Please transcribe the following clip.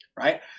Right